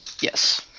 yes